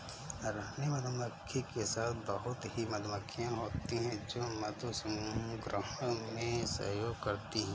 रानी मधुमक्खी के साथ बहुत ही मधुमक्खियां होती हैं जो मधु संग्रहण में सहयोग करती हैं